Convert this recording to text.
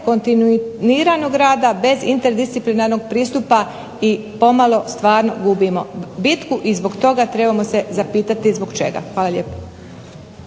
kontinuiranog rada, bez interdisciplinarnog pristupa i pomalo stvarno gubimo bitku i zbog toga trebamo se zapitati zbog čega. Hvala lijepo.